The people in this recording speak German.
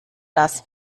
das